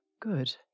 Good